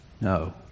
no